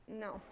No